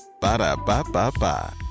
Ba-da-ba-ba-ba